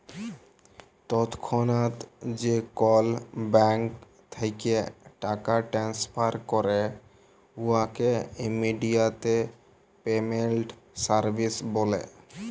তৎক্ষণাৎ যে কল ব্যাংক থ্যাইকে টাকা টেনেসফার ক্যরে উয়াকে ইমেডিয়াতে পেমেল্ট সার্ভিস ব্যলে